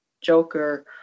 Joker